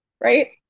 right